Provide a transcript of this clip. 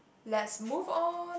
let's move on